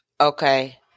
Okay